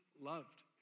loved